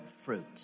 fruit